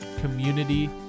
community